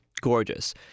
gorgeous